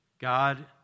God